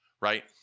right